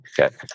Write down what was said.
Okay